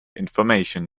information